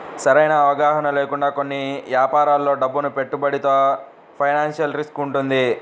సరైన అవగాహన లేకుండా కొన్ని యాపారాల్లో డబ్బును పెట్టుబడితో ఫైనాన్షియల్ రిస్క్ వుంటది